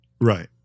Right